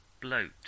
Bloat